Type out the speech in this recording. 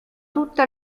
tutte